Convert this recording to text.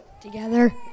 Together